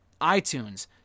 iTunes